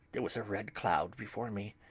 there was a red cloud before me,